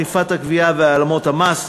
אכיפת הגבייה והעלמות המס.